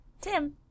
Tim